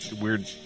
weird